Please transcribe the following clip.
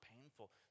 painful